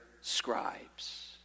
scribes